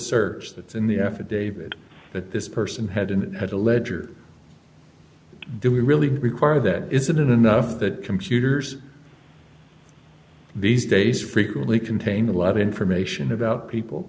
search that's in the affidavit that this person hadn't had a ledger do we really require that isn't it enough that computers these days frequently contain a lot of information about people